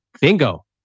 Bingo